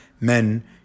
Men